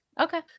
Okay